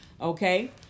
okay